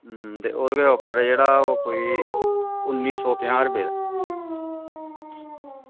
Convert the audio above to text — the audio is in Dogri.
ते ओह्दे उप्पर जेह्ड़ा ओह् कोई उन्नी सौ पंजाह् रपेऽ दा